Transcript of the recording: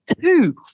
two